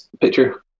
picture